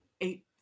eight